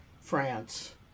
France